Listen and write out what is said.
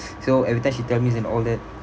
so every time she tell me and all that